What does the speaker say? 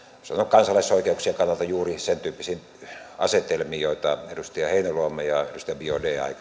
kansalaisoikeuksien kannalta juuri sen tyyppisiin asetelmiin joita edustaja heinäluoma ja edustaja biaudet